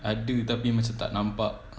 ada tapi macam tak nampak